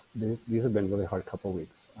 these have been really hard couple of weeks.